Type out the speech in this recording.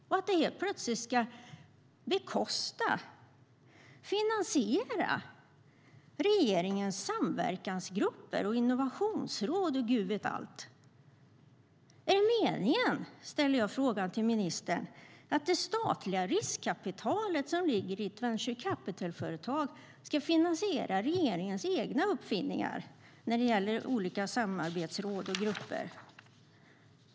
Det ska helt plötsligt bekosta, finansiera, regeringens samverkansgrupper och innovationsråd och Gud vet allt. Är det meningen - jag ställer frågan till ministern - att det statliga riskkapitalet som ligger i ett venture capital-företag ska finansiera regeringens egna uppfinningar när det gäller olika samarbetsråd och grupper?